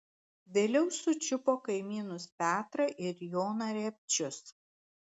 vėliau sučiupo kaimynus petrą ir joną repčius